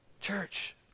Church